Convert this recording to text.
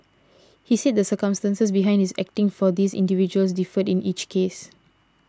he said the circumstances behind his acting for these individuals differed in each case